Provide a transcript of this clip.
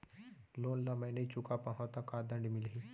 Loan ला मैं नही चुका पाहव त का दण्ड मिलही?